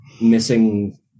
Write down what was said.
missing